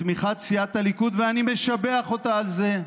בתמיכת סיעת הליכוד, ואני משבח אותה על זה,